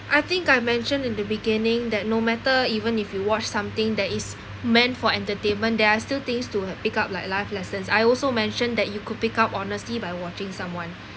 I think I mentioned in the beginning that no matter even if you watch something that is meant for entertainment there are still things to pick up like life lessons I also mentioned that you could pick up honesty by watching someone